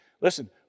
Listen